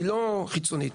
לא חיצונית,